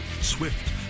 Swift